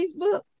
Facebook